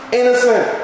innocent